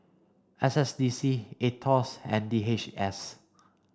S S D C AETOS and D H S